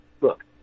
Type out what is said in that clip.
Look